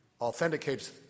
authenticates